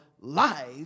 life